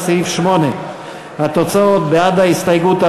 לסעיף 8. התוצאות: בעד ההסתייגות,